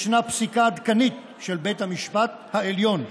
ישנה פסיקה עדכנית של בית המשפט העליון.